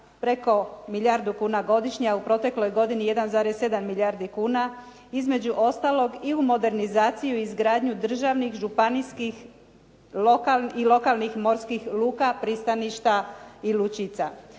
preko milijardu kuna godišnje, a u protekloj godini 1,7 milijardi kuna između ostalog i u modernizaciju i izgradnju državnih, županijskih i lokalnih morskih luka, pristaništa i lučica.